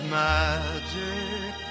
magic